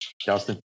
Justin